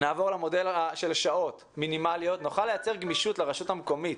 נעבור למודל של שעות מינימליות נוכל לייצר גמישות לרשות המקומית